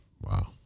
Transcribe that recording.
Wow